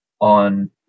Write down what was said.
on